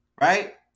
Right